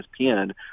ESPN